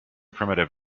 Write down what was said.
primitive